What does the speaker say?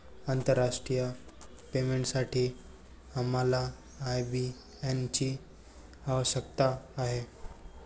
आंतरराष्ट्रीय पेमेंटसाठी आम्हाला आय.बी.एन ची आवश्यकता आहे